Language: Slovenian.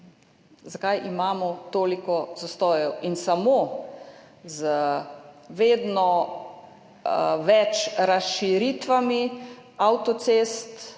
zakaj imamo toliko zastojev. Samo z vedno več razširitvami avtocest